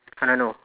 I don't know